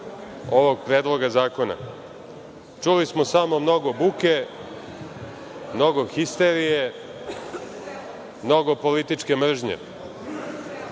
ovog Predloga zakona. Čuli smo samo mnogo buke, mnogo histerije, mnogo političke mržnje.